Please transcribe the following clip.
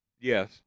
Yes